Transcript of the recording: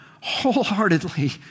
wholeheartedly